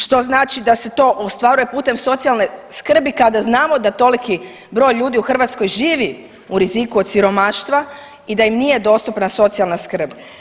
Što znači da se to ostvaruje putem socijalne skrbi kada znamo da toliki broj ljudi u Hrvatskoj živi u riziku od siromaštva i da im nije dostupna socijalna skrb.